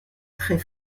très